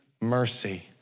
mercy